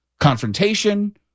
confrontation